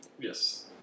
Yes